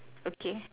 okay